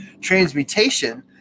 Transmutation